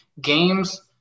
games